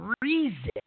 reason